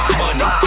money